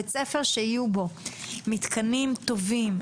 בית-ספר שיהיו בו מתקנים טובים,